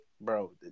bro